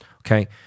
okay